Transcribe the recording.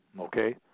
Okay